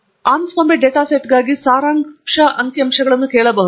ಆದ್ದರಿಂದ ನಾವು Anscombe data ಸೆಟ್ಗಾಗಿ ಸಾರಾಂಶ ಅಂಕಿಅಂಶಗಳನ್ನು ಕೇಳಬಹುದು